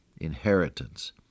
inheritance